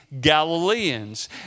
Galileans